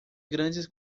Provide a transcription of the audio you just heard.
grandes